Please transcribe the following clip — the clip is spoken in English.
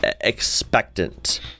expectant